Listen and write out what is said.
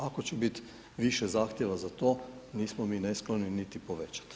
Ako će bit više zahtjeva za to nismo mi neskloni niti povećat.